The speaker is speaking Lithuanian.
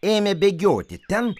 ėmė bėgioti ten